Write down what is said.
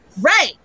Right